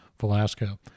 Velasco